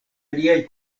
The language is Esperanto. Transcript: aliaj